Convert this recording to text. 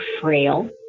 frail